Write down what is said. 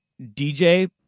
DJ